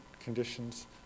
conditions